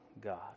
God